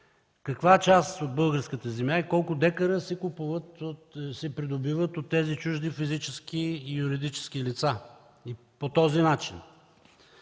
каква част от българската земя и колко декара се придобиват от тези чужди физически и юридически лица по този начин?